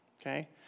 okay